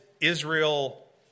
Israel